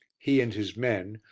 he and his men,